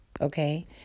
Okay